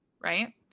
right